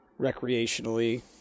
recreationally